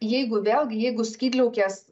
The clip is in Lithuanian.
jeigu vėlgi jeigu skydliaukės